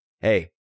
hey